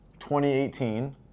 2018